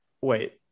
wait